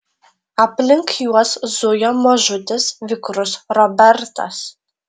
aplink juos zujo mažutis vikrus robertas